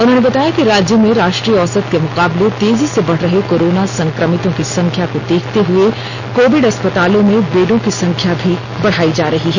उन्होंने बताया कि राज्य में राष्ट्रीय औसत के मुकाबले तेजी से बढ़ रहे कोरोना संक्रमितों की संख्या को देखते हुए कोविड अस्पतालों में बेडो की संख्या भी बढ़ाई जा रही है